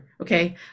okay